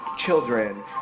children